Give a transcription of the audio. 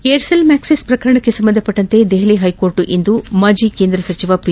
Aircel Maxis ಪ್ರಕರಣಕ್ಕೆ ಸಂಬಂಧಿಸಿ Delhi high court ಇಂದು ಮಾಜಿ ಕೇಂದ್ರ ಸಚಿವ ಪಿ